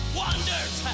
wonders